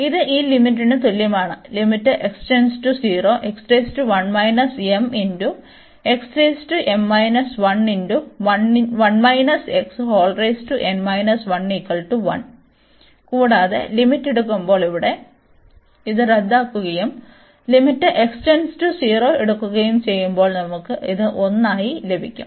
ഇത് ഈ ലിമിറ്റിന് തുല്യമാണ് കൂടാതെ ലിമിറ്റ് എടുക്കുമ്പോൾ ഇവിടെ ഇത് റദ്ദാക്കുകയും ലിമിറ്റ് x → 0 എടുക്കുകയും ചെയ്യുമ്പോൾ നമുക്ക് ഇത് 1 ആയി ലഭിക്കും